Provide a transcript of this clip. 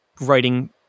writing